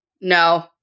No